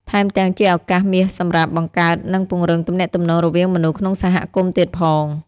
ថែមទាំងជាឱកាសមាសសម្រាប់ បង្កើត និងពង្រឹងទំនាក់ទំនង រវាងមនុស្សក្នុងសហគមន៍ទៀតផង។